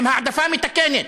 עם העדפה מתקנת,